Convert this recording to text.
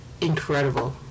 incredible